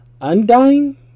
Undying